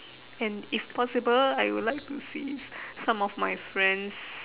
and if possible I would like to see some of my friends'